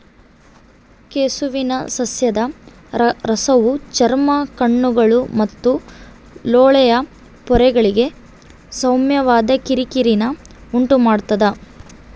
ಕೆಸುವಿನ ಸಸ್ಯದ ರಸವು ಚರ್ಮ ಕಣ್ಣುಗಳು ಮತ್ತು ಲೋಳೆಯ ಪೊರೆಗಳಿಗೆ ಸೌಮ್ಯವಾದ ಕಿರಿಕಿರಿನ ಉಂಟುಮಾಡ್ತದ